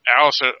Alice